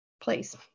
please